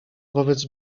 wobec